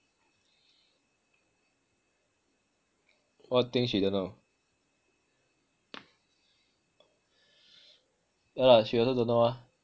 what thing she don't know yah lah she also don't know ah